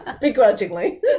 begrudgingly